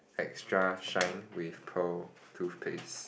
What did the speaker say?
extra shine with pearl toothpaste